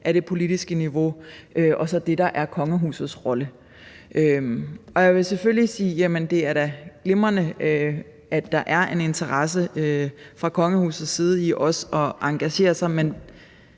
af det politiske niveau og så det, der er kongehusets rolle. Og jeg vil selvfølgelig sige: Jamen det er da glimrende, at der er en interesse fra kongehusets side i også at engagere sig, men